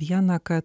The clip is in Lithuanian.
viena kad